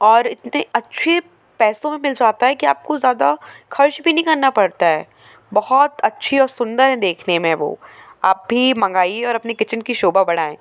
और इतने अच्छे पैसों में मिल जाता है कि आपको ज़्यादा ख़र्च भी नहीं करना पड़ता है बहुत अच्छी और सुन्दर हैं देखने में वो आप भी मंगाइए और अपने किचेन की शोभा बढ़ाऍं